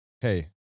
hey